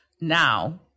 now